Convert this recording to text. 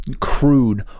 crude